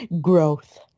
Growth